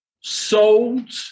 sold